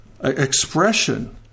expression